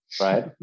right